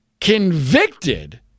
convicted—